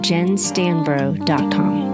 Jenstanbro.com